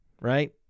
right